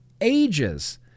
ages